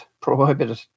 prohibited